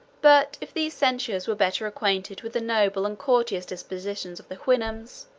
but, if these censurers were better acquainted with the noble and courteous disposition of the houyhnhnms,